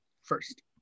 first